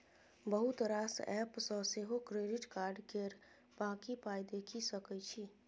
बहुत रास एप्प सँ सेहो क्रेडिट कार्ड केर बाँकी पाइ देखि सकै छी